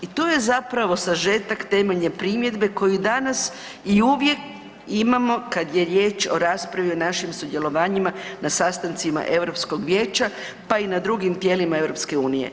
I to je zapravo sažetak temeljne primjedbe koju danas i uvijek imamo kad je riječ o raspravi o našim sudjelovanjima na sastancima Europskog vijeća pa i na drugim tijelima EU.